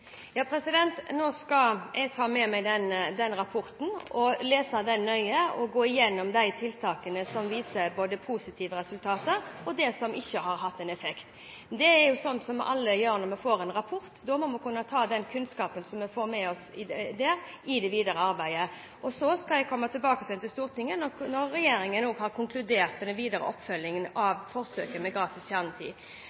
Nå skal jeg ta med meg rapporten, lese den nøye og gå gjennom de tiltakene som viser positive resultater, og de som ikke har hatt noen effekt. Det er sånn som alle gjør når man får en rapport. Da må man kunne ta kunnskapen man får, med seg i det videre arbeidet. Så skal jeg komme tilbake til Stortinget når regjeringen har konkludert om den videre oppfølgingen